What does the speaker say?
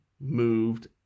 moved